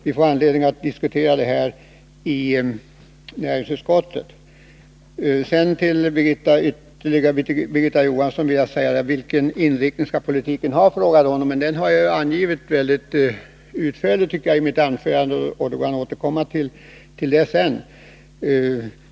Vi får anledning att diskutera detta i näringsutskottet. Birgitta Johansson frågade vilken inriktning politiken skall ha. Detta angav jag utförligt redan i mitt anförande, och det kan vi återkomma till sedan.